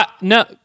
No